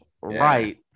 Right